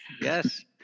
Yes